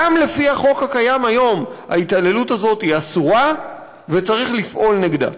גם לפי החוק הקיים היום ההתעללות הזאת אסורה וצריך לפעול נגדה.